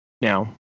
now